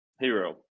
hero